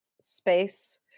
space